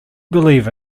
believe